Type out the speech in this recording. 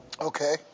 Okay